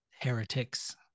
Heretics